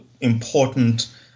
important